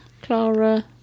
Clara